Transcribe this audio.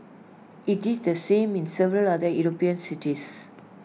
IT did the same in several other european cities